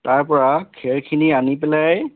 তাৰ পৰা খেৰখিনি আনি পেলাই